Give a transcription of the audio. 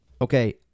Okay